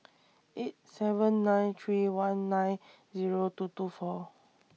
eight seven nine three one nine Zero two two four